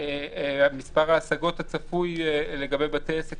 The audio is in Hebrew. מספר ההשגות הצפוי לגבי בתי עסק,